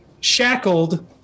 shackled